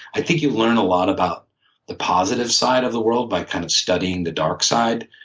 i think you learn a lot about the positive side of the world by kind of studying the dark side.